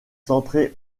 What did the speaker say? centré